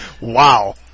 Wow